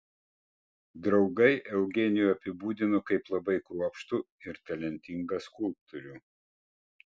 draugai eugenijų apibūdino kaip labai kruopštų ir talentingą skulptorių